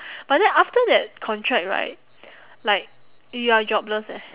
but then after that contract right like you are jobless eh